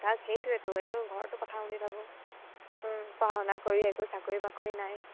তাক সেইটোৱেইতো ঘৰতো কথা শুনি থাকোঁ পঢ়া শুনা কৰি একো চাকৰি বাকৰি নাই